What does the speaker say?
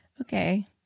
Okay